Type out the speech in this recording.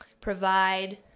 provide